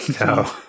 No